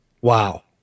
Wow